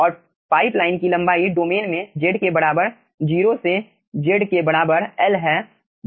और पाइपलाइन की लंबाई डोमेन में z के बराबर 0 से z के बराबर L है